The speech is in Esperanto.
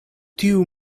tiu